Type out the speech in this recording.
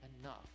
Enough